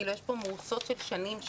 יש פה מורסות של שנים,